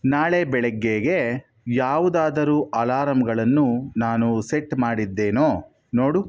ನಾಳೆ ಬೆಳಗ್ಗೆಗೆ ಯಾವುದಾದರೂ ಅಲಾರಂಗಳನ್ನು ನಾನು ಸೆಟ್ ಮಾಡಿದ್ದೇನೋ ನೋಡು